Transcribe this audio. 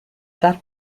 that